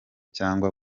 cyangwa